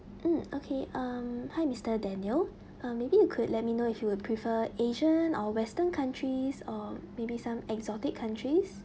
mm okay um hi mister daniel uh maybe you could let me know if you would prefer asian or western countries or maybe some exotic countries